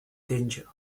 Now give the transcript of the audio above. danger